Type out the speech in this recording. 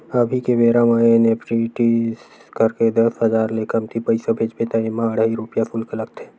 अभी के बेरा म एन.इ.एफ.टी करके दस हजार ले कमती पइसा भेजबे त एमा अढ़हइ रूपिया सुल्क लागथे